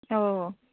অঁ